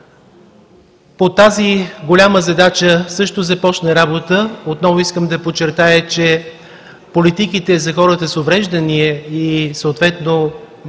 По тази голяма задача също започна работа, отново искам да подчертая, че политиките за хората с увреждания, свързани,